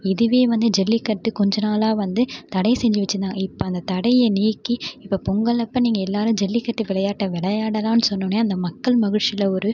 இதுவே வந்து ஜல்லிக்கட்டு கொஞ்சம் நாளாக வந்து தடை செஞ்சு வெச்சுருந்தாங்க இப்போ அந்த தடையை நீக்கி இப்போ பொங்கலப்போ நீங்கள் எல்லோரும் ஜல்லிக்கட்டு விளையாட்டை விளையாடலாம் சொன்னோன்னே அந்த மக்கள் மகிழ்ச்சியில் ஒரு